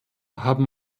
haben